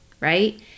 right